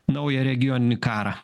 naują regioninį karą